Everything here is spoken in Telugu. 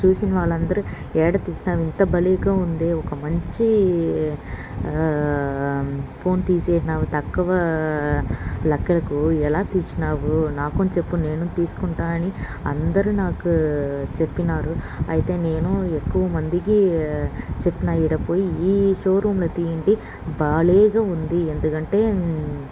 చూసిన వాళ్ళందరూ ఎక్కడ తీసినావు ఇంత భలేగా ఉంది ఒక మంచి ఫోన్ తీసేసినావు తక్కువ లెక్కలకు ఎలా తీసినావు నాకును చెప్పు నేను తీసుకుంటా అని అందరు నాకు చెప్పినారు అయితే నేను ఎక్కువ మందికి చెప్పిన ఇక్కడ పోయి ఈ షోరూంలో తీయండి భలేగా ఉంది ఎందుకంటే